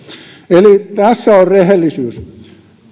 eli tässä on rehellisyys